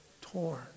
torn